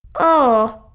oh.